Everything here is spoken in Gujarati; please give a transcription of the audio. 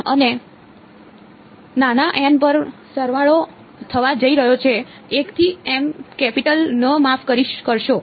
અને નાના n પર સરવાળો થવા જઈ રહ્યો છે 1 થી m કેપિટલ N માફ કરશો